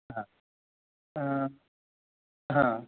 ह ह ह